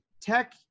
Tech